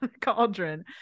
cauldron